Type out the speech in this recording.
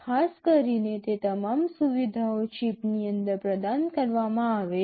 ખાસ કરીને તે તમામ સુવિધાઓ ચિપની અંદર પ્રદાન કરવામાં આવે છે